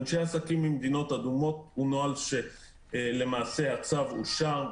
אנשי עסקים ממדינות אדומות הוא נוהל שלמעשה הצו אושר,